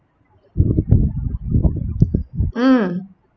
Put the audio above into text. mm